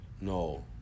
no